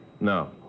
No